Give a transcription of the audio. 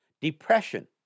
depression